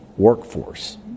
workforce